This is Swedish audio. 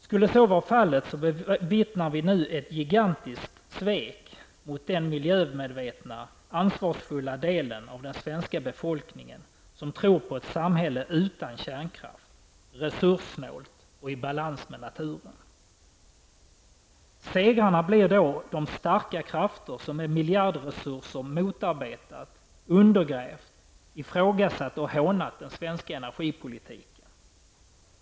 Skulle det vara fallet, bevittnar vi nu ett gigantiskt svek mot den miljömedvetna, ansvarsfulla del av den svenska befolkningen som tror på ett samhälle utan kärnkraft, resurssnålt och i balans med naturen. Segrarna är de starka krafter som med miljardresurser motarbetat, undergrävt, ifrågasatt och hånat den svenska energipolitiken.